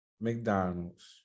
McDonald's